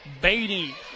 Beatty